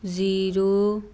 zero